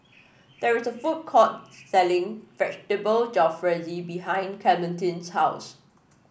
there is a food court selling Vegetable Jalfrezi behind Clementine's house